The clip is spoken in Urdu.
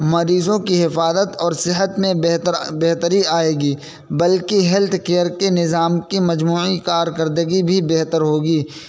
مریضوں کی حفاظت اور صحت میں بہتر بہتری آئے گی بلکہ ہیلتھ کیئر کے نظام کی مجموعی کارکردگی بھی بہتر ہوگی